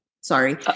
sorry